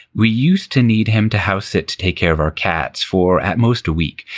we used to need him to house it to take care of our cats for at most a week.